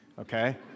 okay